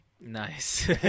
Nice